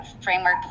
framework